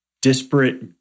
disparate